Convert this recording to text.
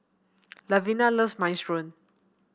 Lavina loves Minestrone